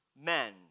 men